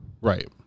Right